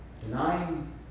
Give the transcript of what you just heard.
denying